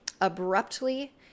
abruptly